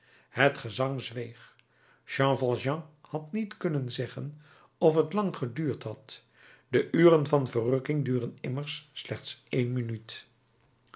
het gezang zweeg jean valjean had niet kunnen zeggen of het lang geduurd had de uren van verrukking duren immer slechts één minuut